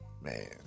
Man